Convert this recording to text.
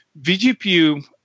VGPU